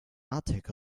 attic